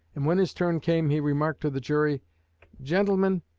and when his turn came he remarked to the jury gentlemen,